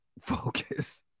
focus